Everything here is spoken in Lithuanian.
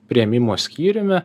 priėmimo skyriumi